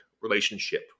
relationship